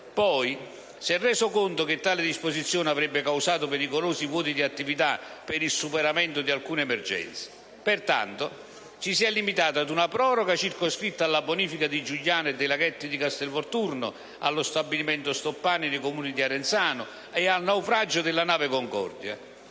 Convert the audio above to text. poi si è reso conto che tale disposizione avrebbe causato pericolosi vuoti di attività per il superamento di alcune emergenze. Pertanto, ci si è limitati ad una proroga circoscritta alla bonifica di Giugliano e dei laghetti di Castelvolturno, allo stabilimento Stoppani nei Comuni di Arenzano e Cogoleto e al naufragio della nave Concordia,